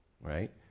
right